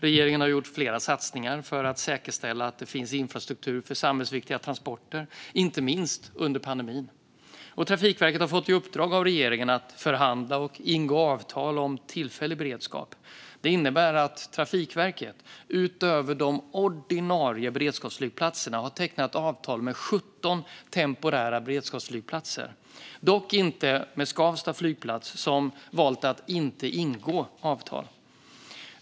Regeringen har gjort flera satsningar för att säkerställa att det finns infrastruktur för samhällsviktiga transporter, inte minst under pandemin. Trafikverket har fått i uppdrag av regeringen att förhandla och ingå avtal om tillfällig beredskap. Det innebär att Trafikverket utöver de ordinarie beredskapsflygplatserna har tecknat avtal med 17 temporära beredskapsflygplatser, dock inte med Skavsta flygplats som har valt att inte ingå avtal.